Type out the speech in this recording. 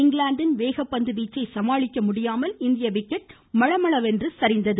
இங்கிலாந்தின் வேகப்பந்து வீச்சை சமாளிக்க முடியாமல் இந்திய விக்கெட்டுகள் மளமளவென சரிந்தன